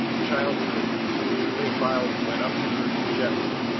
the child drooped, and julia cloud went up to her gently.